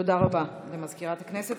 תודה רבה למזכירת הכנסת.